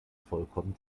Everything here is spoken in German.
vollkommen